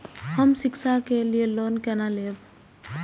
हम शिक्षा के लिए लोन केना लैब?